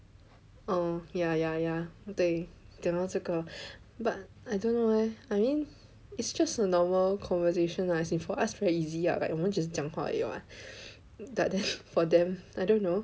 oh ya ya ya 对讲到这个 but I don't know leh I mean it's just a normal conversation lah as in for us very easy lah 我们只是讲话而已 [what] but then for them I don't know